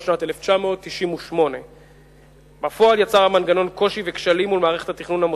שנת 1998. בפועל יצר המנגנון קושי וכשלים מול מערכת התכנון המוסדית.